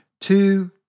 Two